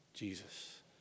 Jesus